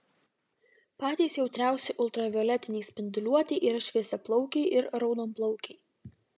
patys jautriausi ultravioletinei spinduliuotei yra šviesiaplaukiai ir raudonplaukiai